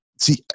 see